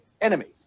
enemies